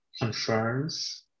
confirms